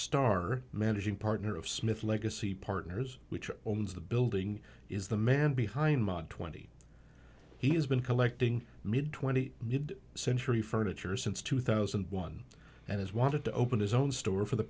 starr managing partner of smith legacy partners which owns the building is the man behind mud twenty he has been collecting mid twenty needed century furniture since two thousand and one and has wanted to open his own store